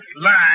line